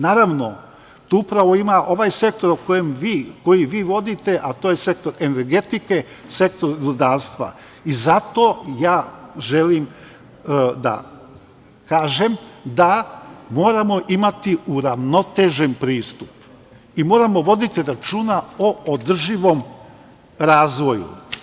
Naravno, tu upravo ima ovaj sektor koji vi vodite, a to je sektor energetike, sektor rudarstva i zato želim da kažem da moramo imati uravnotežen pristup i moramo voditi računa o održivom razvoju.